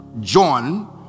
john